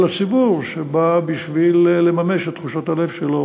כלפי הציבור שבא לממש את תחושות הלב שלו